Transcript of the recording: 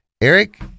Eric